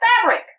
fabric